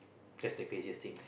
just the craziest thing